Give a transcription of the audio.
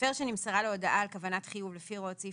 מפר שנמסרה לו הודעה על כוונת חיוב לפי הוראות סעיף